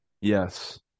Yes